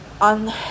on